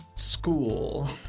school